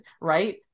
right